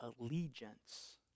allegiance